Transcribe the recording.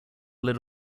lid